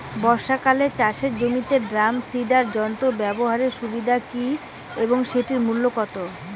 বর্ষাকালে চাষের জমিতে ড্রাম সিডার যন্ত্র ব্যবহারের সুবিধা কী এবং সেটির মূল্য কত?